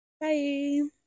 Bye